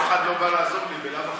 אף אחד לא בא לעזור לי בלאו הכי.